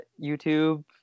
YouTube